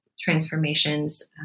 transformations